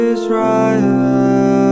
Israel